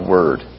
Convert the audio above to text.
Word